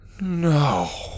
No